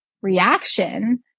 reaction